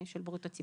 של בריאות הציבור.